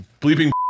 Bleeping